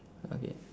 okay